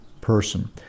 person